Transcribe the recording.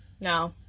No